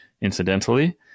incidentally